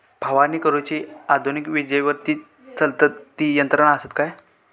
फवारणी करुची आधुनिक विजेवरती चलतत ती यंत्रा आसत काय?